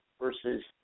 versus